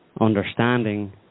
understanding